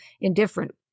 indifferent